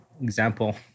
example